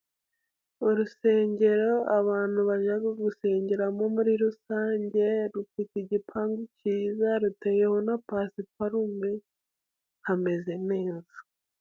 Urusengero abantu bajya gusengeramo, muri rusange rufite igipangu cyiza, ruteyeho na pasiparume hameze neza.